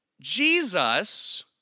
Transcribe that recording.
Jesus